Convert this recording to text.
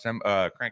Crank